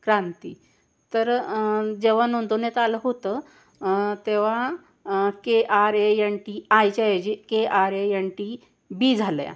क्रांती तर जेव्हा नोंदवण्यात आलं होतं तेव्हा K R A N T आयच्या ऐवजी K R A N T B झालं आहे